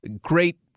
Great